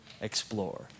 explore